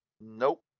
Nope